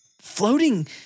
floating